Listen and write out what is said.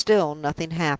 and still nothing happened.